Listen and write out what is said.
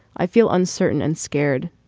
i feel uncertain and scared.